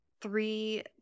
three